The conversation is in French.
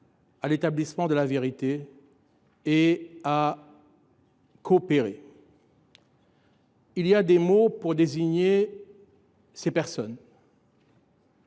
à l’établissement de la vérité et de coopérer. Il y a des mots pour désigner ces personnes.